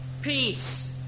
peace